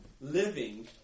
living